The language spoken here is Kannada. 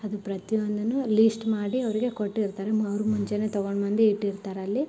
ಅದು ಪ್ರತಿಯೊಂದೂ ಲೀಸ್ಟ್ ಮಾಡಿ ಅವರಿಗೆ ಕೊಟ್ಟಿರ್ತಾರೆ ಮ ಅವ್ರು ಮುಂಚೆಯೇ ತಗೊಂಡು ಬಂದು ಇಟ್ಟಿರ್ತಾರೆ ಅಲ್ಲಿ